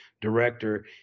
director